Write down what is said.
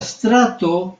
strato